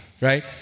right